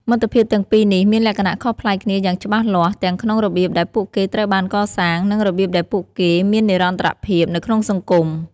មិត្តភាពទាំងពីរនេះមានលក្ខណៈខុសប្លែកគ្នាយ៉ាងច្បាស់លាស់ទាំងក្នុងរបៀបដែលពួកគេត្រូវបានកសាង និងរបៀបដែលពួកគេមាននិរន្តរភាពនៅក្នុងសង្គម។